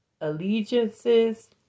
allegiances